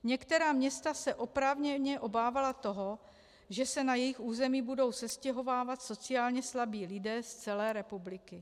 Některá města se oprávněně obávala toho, že se na jejich území budou sestěhovávat sociálně slabí lidé z celé republiky.